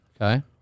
Okay